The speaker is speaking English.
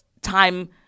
time